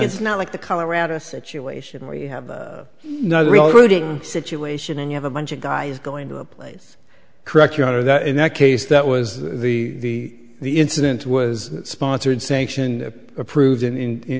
it's not like the colorado situation where you have no real routing situation and you have a bunch of guys going to a place correct your honor that in that case that was the the incident was sponsored sanctioned approved in